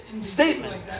statement